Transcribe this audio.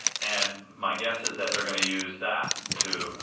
and my guess is that they're going to use that to,